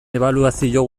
ebaluazio